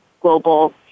global